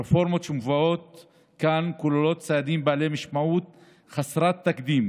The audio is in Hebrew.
הרפורמות שמובאות כאן כוללות צעדים בעלי משמעות חסרת תקדים